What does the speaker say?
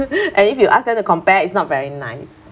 and if you ask them to compare it's not very nice